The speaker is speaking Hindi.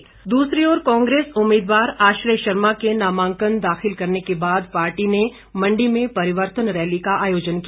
रैली दूसरी ओर कांग्रेस उम्मीदवार आश्रय शर्मा के नामांकन दाखिल करने के बाद पार्टी ने मंडी में परिवर्तन रैली का आयोजन किया